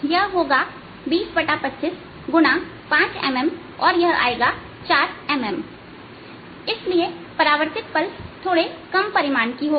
इसलिए यह होगा 2025x 5 mm और यह आएगा 4 mm इसलिए परावर्तित पल्स थोड़े कम परिमाण की होगी